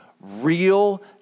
real